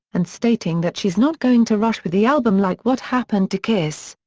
and stating that she's not going to rush with the album like what happened to kiss.